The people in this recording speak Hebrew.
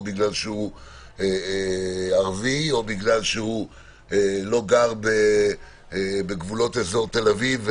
בגלל שהוא ערבי או בגלל שהוא לא גר בגבולות אזור תל אביב,